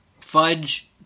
Fudge